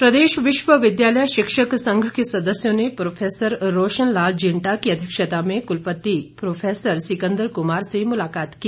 संघ प्रदेश विश्वविद्यालय शिक्षक संघ के सदस्यों ने प्रौफेसर रौशन लाल जिंटा की अध्यक्षता में कुलपति प्रौफेसर सिकंदर कुमार से मुलाकात की